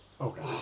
Okay